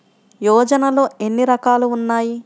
యోజనలో ఏన్ని రకాలు ఉన్నాయి?